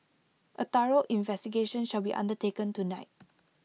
A thorough investigation shall be undertaken tonight